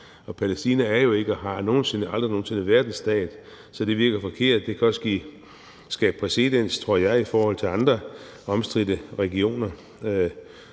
Palæstina er jo ikke og har aldrig nogen sinde været en stat, så det virker forkert. Det kan også skabe præcedens, tror jeg, i forhold til andre omstridte regioner.